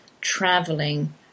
traveling